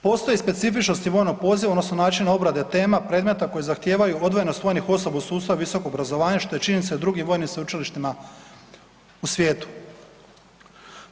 Postoji specifičnosti vojnog poziva odnosno načina obrade tema, predmeta koji zahtijevaju odvojenost vojnih osoba u sustav visokog obrazovanja što je činjenica drugim vojnim sveučilištima u svijetu.